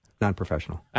non-professional